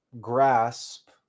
grasp